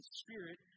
spirit